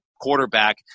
quarterback